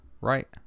right